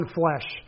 flesh